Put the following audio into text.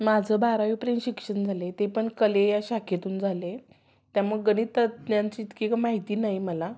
माझं बारावीपर्यंत शिक्षण झाले ते पण कले या शाखेतून झाले त्यामुळं गणित तज्ज्ञांची इतकी काही माहिती नाही मला